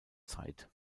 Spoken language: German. zeit